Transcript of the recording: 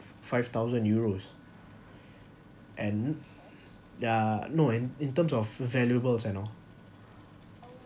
five thousand euros and there're no in terms of valuables you know